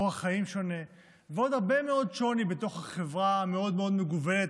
אורח חיים שונה ועוד הרבה מאוד שוני בתוך החברה המאוד-מאוד מגוונת,